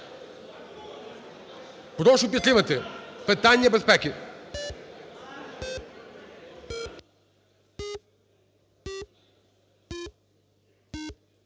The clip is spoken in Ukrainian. Прошу підтримати питання безпеки.